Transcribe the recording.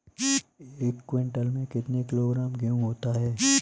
एक क्विंटल में कितना किलोग्राम गेहूँ होता है?